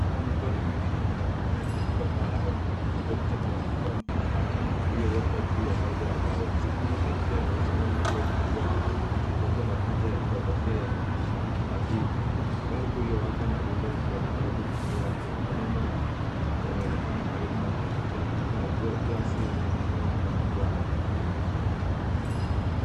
Mikono miwili inaonekana ikiandika kwa haraka kwenye kibodi cha kompyuta mpakato iliyowekwa juu ya meza ya mbao. Skrini ya kompyuta inaonyeshana nembo kubwa ikifuatiwa na picha za kofia ya kimahafali. Balbu iliyowaka na rundo la vitabu chini yake. Maneno yanaonekana karibu ana kompyuta. Kuna gilasi yenye kinywaji na majani.